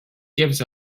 gives